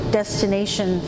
destination